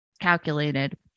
calculated